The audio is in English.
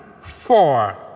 four